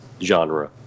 genre